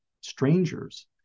strangers